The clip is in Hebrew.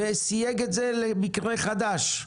וסייג את זה למקרה חדש,